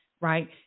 right